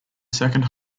second